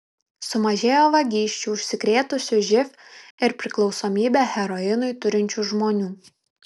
sumažėjo vagysčių užsikrėtusių živ ir priklausomybę heroinui turinčių žmonių